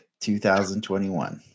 2021